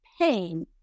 pain